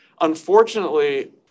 unfortunately